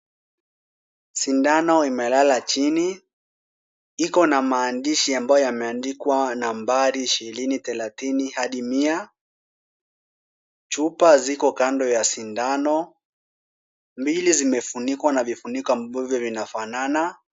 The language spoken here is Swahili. Sindano imelala chini. Iko na maandishi ambayo yameandikwa nambari ishirini, thelathini hadi mia. Chupa ziko kando ya sindano, mbili zimefunikwa na vifuniko ambavyo vinafanana.